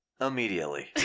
Immediately